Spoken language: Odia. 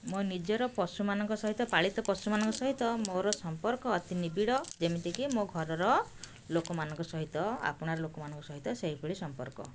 ମୋ ନିଜର ପଶୁମାନଙ୍କ ସହିତ ପାଳିତ ପଶୁମାନଙ୍କ ସହିତ ମୋର ସମ୍ପର୍କ ଅତି ନିବିଡ଼ ଯେମିତିକି ମୋ ଘରର ଲୋକମାନଙ୍କ ସହିତ ଆପଣାର ଲୋକମାନଙ୍କ ସହିତ ସେହିଭଳି ସମ୍ପର୍କ